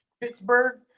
Pittsburgh